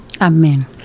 Amen